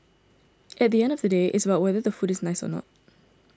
at the end of the day it's about whether the food is nice or not